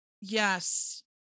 yes